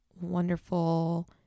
wonderful